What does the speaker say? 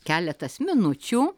keletas minučių